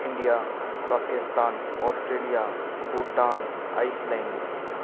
India Pakistan Australia Bhutan Iceland